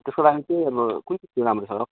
त्यसको लागि चाहिँ अब कुन चाहिँ स्कुल राम्रो छ होला हौ